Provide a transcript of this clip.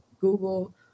Google